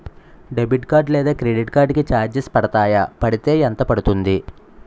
Debit card లేదా credit card కి charges పడతాయా? పడితే ఎంత పడుతుంది?